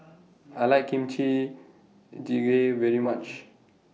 I like Kimchi Jjigae very much